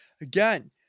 Again